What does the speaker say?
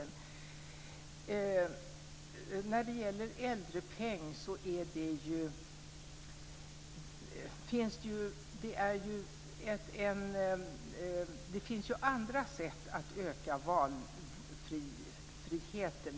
När det gäller äldrepeng finns det andra sätt att öka valfriheten.